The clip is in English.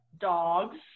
dogs